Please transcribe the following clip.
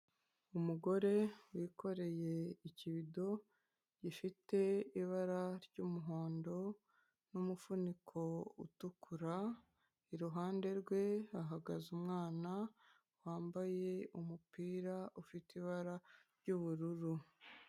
Umugore wikoreye ikibido gifite ibara ry'umuhondo n'umufuniko utukura, iruhande rwe hahagaze umwana wambaye umupira ufite ibara ry'ubururu.